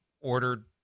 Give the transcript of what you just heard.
ordered